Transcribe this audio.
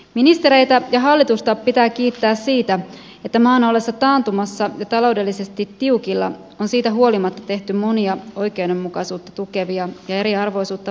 ministereitä ja hallitusta pitää kiittää siitä että maan ollessa taantumassa ja taloudellisesti tiukilla on siitä huolimatta tehty monia oikeudenmukaisuutta tukevia ja eriarvoisuutta vähentäviä päätöksiä